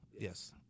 Yes